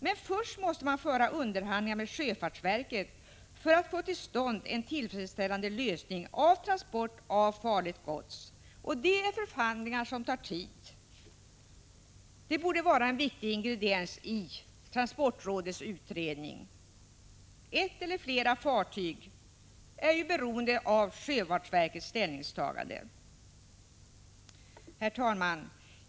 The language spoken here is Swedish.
Men först måste man föra underhandlingar med sjöfartsverket för att få till stånd en tillfredsställande lösning av problemet med transport av farligt gods. Sådana förhandlingar tar tid. Detta borde vara en viktig ingrediens i transportrådets utredning. Frågan om ett eller flera fartyg är ju beroende av sjöfartsverkets ställningstagande. Herr talman!